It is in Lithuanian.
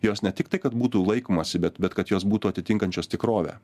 jos ne tik tai kad būtų laikomasi bet kad jos būtų atitinkančios tikrovę